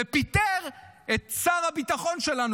ופיטר את שר הביטחון שלנו.